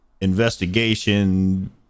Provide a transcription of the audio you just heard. investigation